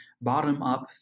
bottom-up